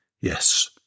Yes